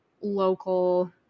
local